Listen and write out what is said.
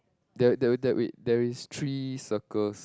there there there wait there is three circles